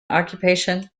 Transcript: occupation